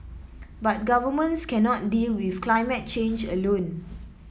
but governments cannot deal with climate change alone